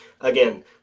Again